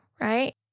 right